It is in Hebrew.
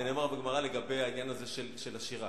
זה נאמר בגמרא לגבי העניין הזה של השירה.